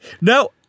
No